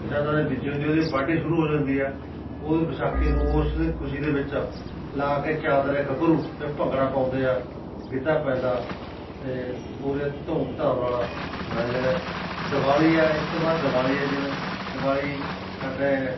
ਕਿਸਾਨਾਂ ਨੇ ਬੀਜੀ ਹੁੰਦੀ ਉਹਦੀ ਵਾਢੀ ਸ਼ੁਰੂ ਹੋ ਜਾਂਦੀ ਹੈ ਉਹ ਵਿਸਾਖੀ ਨੂੰ ਉਸ ਖੁਸ਼ੀ ਦੇ ਵਿੱਚ ਲਾ ਕੇ ਚਾਦਰੇ ਗੱਭਰੂ ਫਿਰ ਭੰਗੜਾ ਪਾਉਂਦੇ ਹੈ ਗਿੱਧਾ ਪੈਂਦਾ ਅਤੇ ਪੂਰੇ ਧੂਮ ਧਾਮ ਨਾਲ ਮਨਾਇਆ ਜਾਂਦਾ ਦਿਵਾਲੀ ਆ ਇਸ ਤੋਂ ਬਾਅਦ ਦਿਵਾਲੀ ਆ ਜਿਵੇਂ ਦਿਵਾਲੀ ਸਾਡੇ